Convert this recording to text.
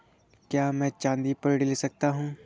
क्या मैं चाँदी पर ऋण ले सकता हूँ?